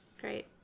Great